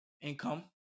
income